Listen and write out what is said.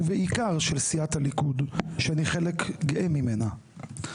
ובעיקר של סיעת הליכוד שאני חלק גאה ממנה,